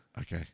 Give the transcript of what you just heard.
Okay